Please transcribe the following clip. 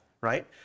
Right